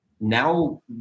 Now